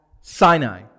Sinai